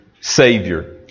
Savior